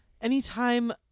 anytime